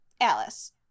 alice